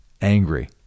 angry